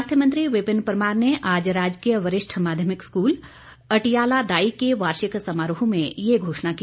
स्वास्थ्य मंत्री विपिन परमार ने आज राजकीय वरिष्ठ माध्यमिक स्कूल अटियाला दाई के वार्षिक समारोह में ये घोषणा की